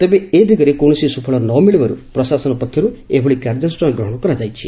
ତେବେ ଏ ଦିଗରେ କୌଣସି ସୁଫଳ ନ ମିଳିବାରୁ ପ୍ରଶାସନ ପକ୍ଷରୁ ଏଭଳି କାର୍ଯ୍ୟାନୁଷ୍ଠାନ ଗ୍ରହଣ କରାଯାଇଛି